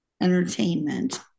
entertainment